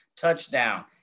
touchdown